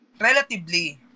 relatively